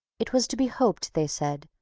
it was to be hoped, they said,